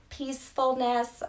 peacefulness